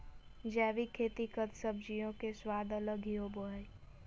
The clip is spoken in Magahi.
जैविक खेती कद सब्जियों के स्वाद अलग ही होबो हइ